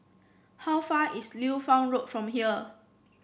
how far is Liu Fang Road from here